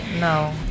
no